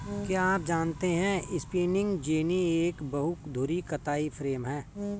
क्या आप जानते है स्पिंनिंग जेनि एक बहु धुरी कताई फ्रेम है?